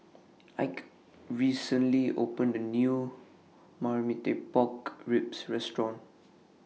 Ike recently opened A New Marmite Pork Ribs Restaurant